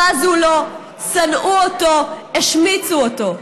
בזו לו, שנאו אותו, השמיצו אותו.